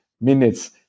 minutes